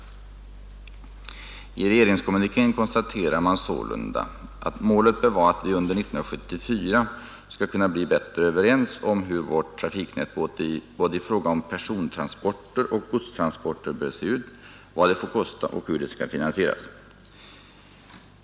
I regeringskommunikén konstateras att ”målet bör vara att vi under 1974 skall kunna bli bättre överens om hur vårt trafiknät både i fråga om persontransporter och godstransporter bör se ut, vad det får kosta och hur det skall finansieras”.